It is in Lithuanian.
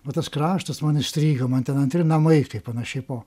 va tas kraštas man įstrigo man ten antri namai kaip panašiai po